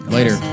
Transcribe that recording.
Later